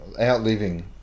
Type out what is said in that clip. outliving